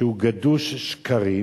שהוא גדוש שקרים,